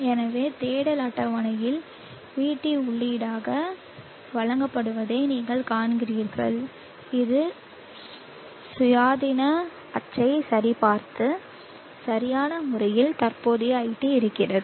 எனவே தேடல் அட்டவணையில் vT உள்ளீடாக வழங்கப்படுவதை நீங்கள் காண்கிறீர்கள் இது சுயாதீன அச்சைச் சரிபார்த்து சரியான முறையில் தற்போதைய iT இருக்கிறது